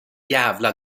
jävla